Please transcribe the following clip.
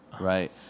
Right